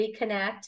reconnect